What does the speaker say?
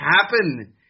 happen